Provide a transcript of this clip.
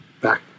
back